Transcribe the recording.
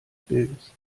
bildes